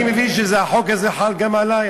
אז אני מבין שהחוק הזה חל גם עלי.